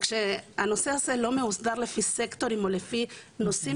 כשהנושא הזה לא מאוסדר לפי סקטורים או לפי נושאים